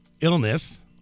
illness